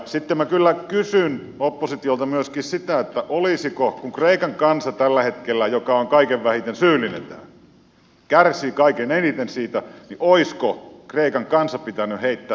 sitten minä kyllä kysyn oppositiolta myöskin sitä että kun kreikan kansa joka on kaikkein vähiten syyllinen tähän ja tällä hetkellä kärsii kaikkein eniten siitä niin olisiko kreikan kansa pitänyt heittää tässä susille